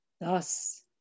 Thus